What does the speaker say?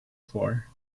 far